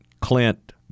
Clint